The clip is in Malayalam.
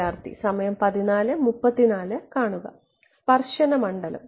വിദ്യാർത്ഥി സ്പർശന മണ്ഡലം